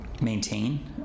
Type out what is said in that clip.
maintain